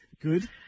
Good